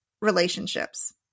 relationships